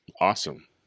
Awesome